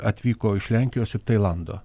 atvyko iš lenkijos ir tailando